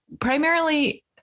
primarily